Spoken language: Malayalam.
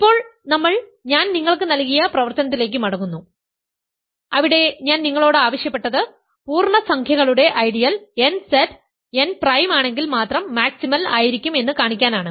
ഇപ്പോൾ നമ്മൾ ഞാൻ നിങ്ങൾക്ക് നൽകിയ പ്രവർത്തനത്തിലേക്ക് മടങ്ങുന്നു അവിടെ ഞാൻ നിങ്ങളോട് ആവശ്യപ്പെട്ടത് പൂർണ്ണസംഖ്യകളുടെ ഐഡിയൽ nZ n പ്രൈം ആണെങ്കിൽ മാത്രം മാക്സിമൽ ആയിരിക്കും എന്ന് കാണിക്കാനാണ്